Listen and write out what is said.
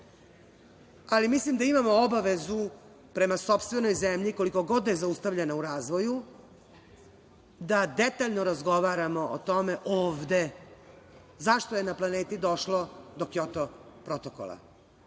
ali mislim da imamo obavezu prema sopstvenoj zemlji, koliko god da je zaustavljena u razvoju, da detaljno razgovaramo o tome ovde zašto je na planeti došlo do Kjoto protokola,